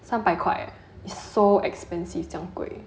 三百块 eh so expensive 这样贵